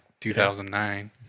2009